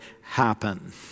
happen